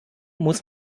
muss